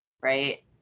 Right